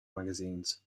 magazines